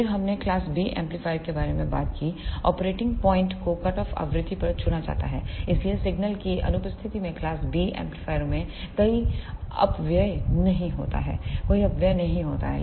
फिर हमने class B amplifier के बारे में बात की ऑपरेटिंग बिंदु को कटऑफ आवृत्ति पर चुना जाता है इसलिए सिग्नल की अनुपस्थिति में क्लास B एम्पलीफायरों में कोई अपव्यय नहीं होता है